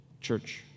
church